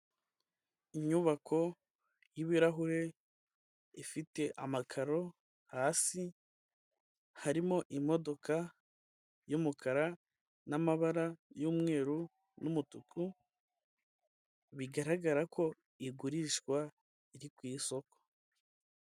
Inyubako y'ibirahure, ifite amakaro hasi, harimo imodoka y'umukara, n'amabara y'umweru n'umutuku, bigaragara ko igurishwa, iri ku isoko.